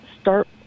start